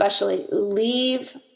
leave